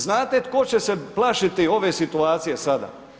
Znate tko će se plašiti ove situacije sada?